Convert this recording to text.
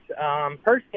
Personally